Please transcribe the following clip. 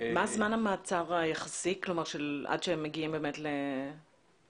מה זמן המעצר היחסי, עד שהם מגיעים למשפט?